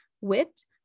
whipped